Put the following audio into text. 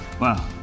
Wow